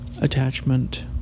attachment